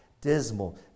dismal